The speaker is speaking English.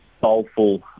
soulful